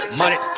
money